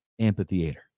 Amphitheater